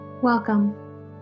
Welcome